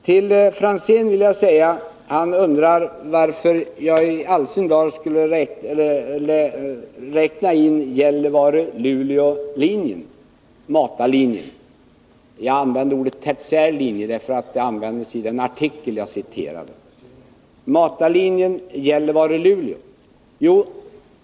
Tommy Franzén undrar varför i all sin dar jag skulle räkna in matarlinjen Gällivare—Luleå. Jag använde ordet tertiärlinje därför att det användes i den artikel som jag citerade.